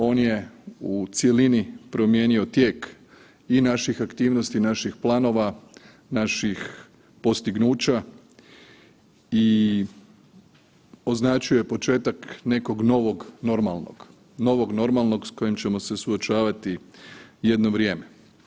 On je u cjelini promijenio tijek i naših aktivnosti i naših planova, naših postignuća i označio je početak nekog novog normalnog, novog normalnog s kojim ćemo se suočavati jedno vrijeme.